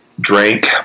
drank